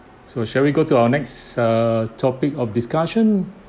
so shall we go to our next err topic of discussion